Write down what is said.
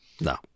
No